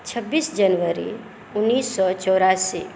छब्बीस जनवरी उन्नीस सए चौरासी